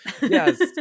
Yes